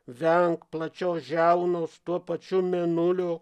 venk plačios žiaunos tuo pačiu mėnulio